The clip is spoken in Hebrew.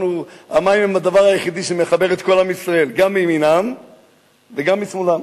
המים הם הדבר היחידי שמחבר את כל עם ישראל גם מימינם וגם משמאלם.